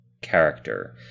character